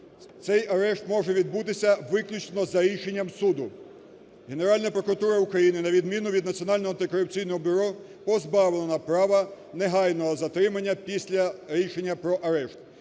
цей арешт може відбутися виключно за рішенням суду. Генеральна прокуратура України на відміну від Національного антикорупційного бюро позбавлена права негайного затримання після рішення про арешт